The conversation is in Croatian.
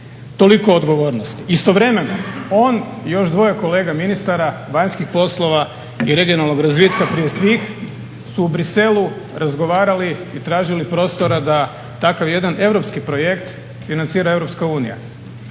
Toliko o odgovornosti. Istovremeno, on i još dvoje kolega ministara vanjskih poslova i regionalnog razvitka prije svih su u Bruxellesu razgovarali i tražili prostora da takav jedan europski projekt financira